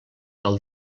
del